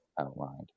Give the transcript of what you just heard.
outlined